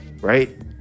right